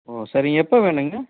ஓ சரி எப்போ வேணுங்க